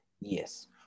Yes